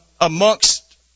amongst